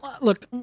look